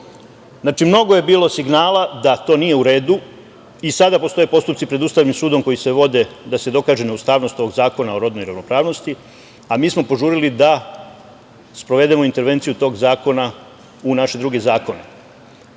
Znači, mnogo je bilo signala da to nije u redu i sada postoje postupci pred Ustavnim sudom koji se vode da se dokaže neustavnost ovog Zakona o rodnoj ravnopravnosti, a mi smo požurili da sprovedemo intervenciju tog zakona u naše druge zakone. Da